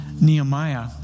Nehemiah